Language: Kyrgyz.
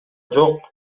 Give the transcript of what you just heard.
жок